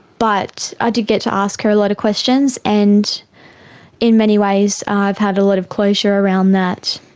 but i did get to ask her a lot of questions, and in many ways i've had a lot of closure around that.